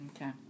Okay